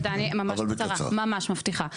תודה, ממש בקצרה, ממש, מבטיחה.